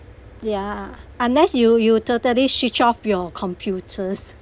ya unless you you totally switch off your computers